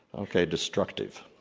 okay, destructive.